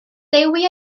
dewi